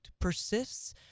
persists